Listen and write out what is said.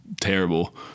terrible